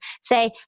say